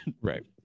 right